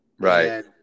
Right